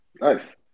Nice